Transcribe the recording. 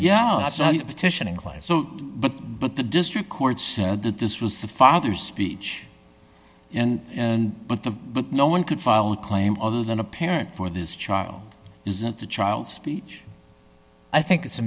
quite so but but the district court said that this was the father's speech but the but no one could file a claim other than a parent for this child isn't the child speech i think it's a